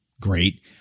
great